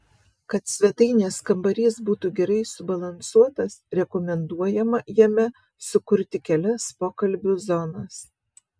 kad svetainės kambarys būtų gerai subalansuotas rekomenduojama jame sukurti kelias pokalbių zonas